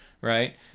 right